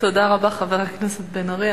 תודה רבה, חבר הכנסת בן-ארי.